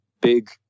big